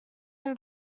him